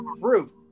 fruit